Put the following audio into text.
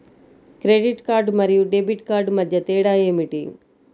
Credit card మరియు debit card మధ్య తేడా ఏమిటి?